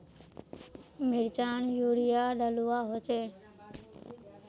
मिर्चान यूरिया डलुआ होचे?